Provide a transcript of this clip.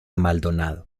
maldonado